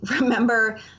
remember